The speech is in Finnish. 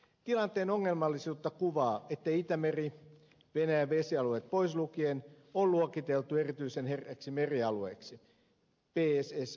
tilanteen ongelmallisuutta kuvaa että itämeri venäjän vesialueet pois lukien on luokiteltu erityisen herkäksi merialueeksi pssa